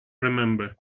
remember